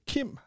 Kim